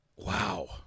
Wow